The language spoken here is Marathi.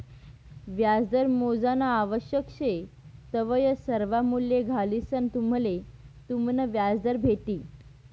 व्याजदर मोजानं आवश्यक शे तवय सर्वा मूल्ये घालिसंन तुम्हले तुमनं व्याजदर भेटी